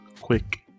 quick